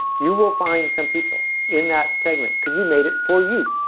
you will find some people in that segment because you made it for you,